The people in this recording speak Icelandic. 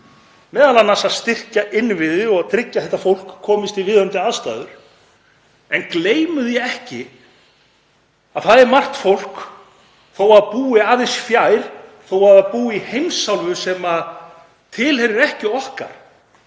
með því að styrkja innviði og tryggja að þetta fólk komist í viðunandi aðstæður. En gleymum því ekki að það er margt fólk, þó að það búi aðeins fjær, þó að það búi í heimsálfu sem tilheyrir ekki okkar,